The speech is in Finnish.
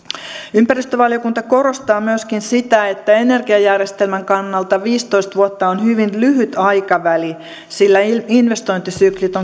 ympäristövaliokunta korostaa myöskin sitä että energiajärjestelmän kannalta viisitoista vuotta on hyvin lyhyt aikaväli sillä investointisyklit